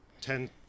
ten